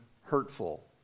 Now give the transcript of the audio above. hurtful